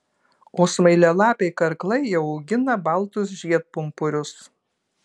o smailialapiai karklai jau augina baltus žiedpumpurius